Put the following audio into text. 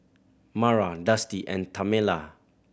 Mara Dusty and Tamela